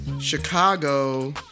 Chicago